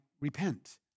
repent